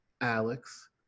alex